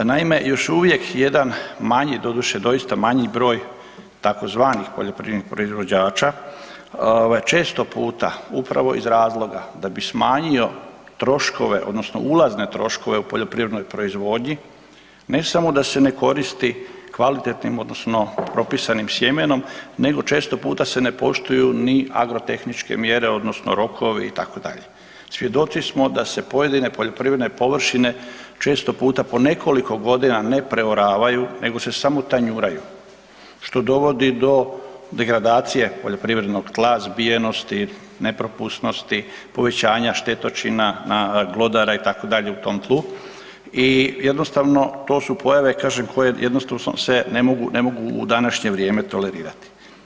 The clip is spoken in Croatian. Naime, još uvijek jedan manji, doduše doista manji broj tzv. poljoprivrednih proizvođača često puta upravo iz razloga da bi smanjio troškove odnosno ulazne troškove u poljoprivrednoj proizvodnji ne samo da se ne koristi kvalitetnim odnosno propisanim sjemenom nego često puta se ne poštuju ni agrotehničke mjere odnosno rokovi itd., svjedoci smo da se pojedine poljoprivredne površine često puta po nekoliko godina ne preoravaju nego se samo tanjuraju što dovodi do degradacije poljoprivrednog tla, zbijenosti, nepropusnosti, povećanja štetočina na glodare itd. u tom tlu i jednostavno to su pojave koje se ne mogu u današnje vrijeme tolerirati.